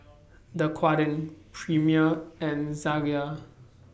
Dequadin Premier and Zalia